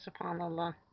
subhanAllah